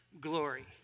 glory